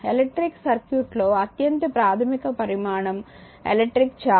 electric సర్క్యూట్లో అత్యంత ప్రాధమిక పరిమాణం ఎలక్ట్రిక్ ఛార్జ్